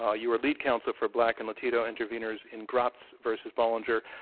ah you were lead counsel for black and latino intervenors in gratz vs. bollinger.